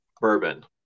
bourbon